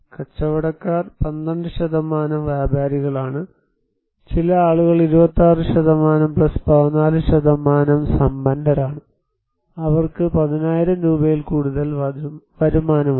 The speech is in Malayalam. കച്ചവടക്കാർ 12 വ്യാപാരികളാണ് ചില ആളുകൾ 26 14 സമ്പന്നരാണ് അവർക്ക് 10000 രൂപയിൽ കൂടുതൽ വരുമാനമുണ്ട്